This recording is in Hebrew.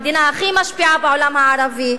המדינה הכי משפיעה בעולם הערבי,